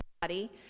body